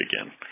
again